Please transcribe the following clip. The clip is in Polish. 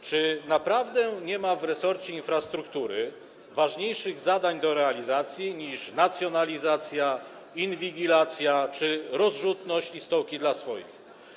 Czy naprawdę nie ma w resorcie infrastruktury ważniejszych zadań do realizacji niż nacjonalizacja, inwigilacja czy rozrzutność i stołki dla swoich?